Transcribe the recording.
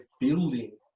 building